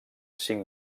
cinc